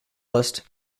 list